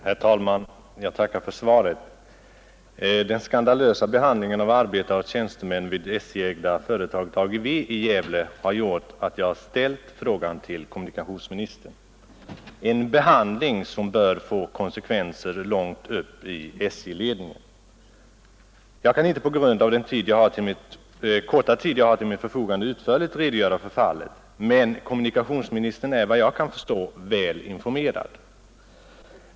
Herr talman! Jag tackar för svaret. Den skandalösa behandlingen av arbetare och tjänstemän vid det SJ-ägda företaget AGV i Gävle — en behandling som bör få konsekvenser långt upp i SJ-ledningen — har gjort att jag har ställt frågan till kommunikationsministern. På grund av den korta tid jag har till mitt förfogande kan jag inte utförligt redogöra för fallet, men kommunikationsministern är enligt vad jag kan förstå väl informerad.